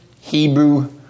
Hebrew